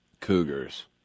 Cougars